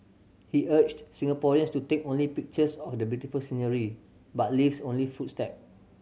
he urged Singaporeans to take only pictures of the beautiful scenery but leaves only footstep